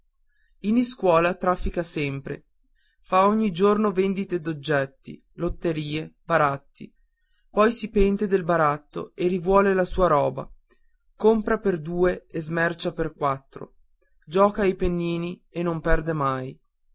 in iscuola traffica sempre fa ogni giorno vendite d'oggetti lotterie baratti poi si pente del baratto e rivuole la sua roba compra per due e smercia per quattro gioca ai pennini e non perde mai